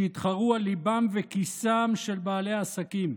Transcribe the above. שיתחרו על ליבם וכיסם של בעלי העסקים,